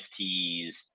NFTs